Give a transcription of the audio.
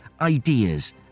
ideas